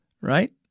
right